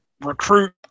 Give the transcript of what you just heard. recruit